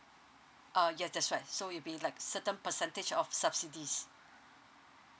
uh yes that's right so it'll be like certain percentage of subsidies